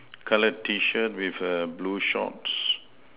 colour T shirt with a blue shorts